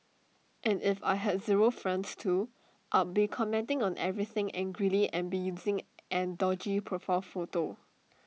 if I had zero friends too I'd be commenting on everything angrily and be using an dodgy profile photo